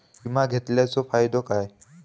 विमा घेतल्याचो फाईदो काय?